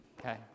Okay